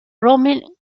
roaming